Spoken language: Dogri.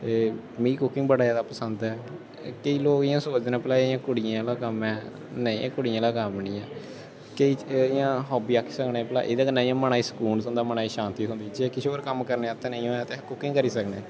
ते मीं कुकिंग बड़ा जैदा पसंद ऐ केईं लोग इ'यां सोचदे न भला एह् इ'यां कुड़ियें आह्ला कम्म ऐ नेईं एह् कुड़ियें आह्ला कम्म निं ऐ केईं इ'यां हाब्बी आक्खी सकने भला एह्दे कन्नै इ'यां मना गी सकून थ्होंदा मनै गी शांति थ्होंदी जे किश होर कम्म करने आस्तै नेईं होऐ ते कुकिंग करी सकने